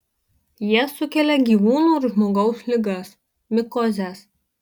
jie sukelia gyvūnų ir žmogaus ligas mikozes